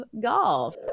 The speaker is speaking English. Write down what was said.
golf